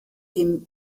dem